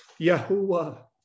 Yahuwah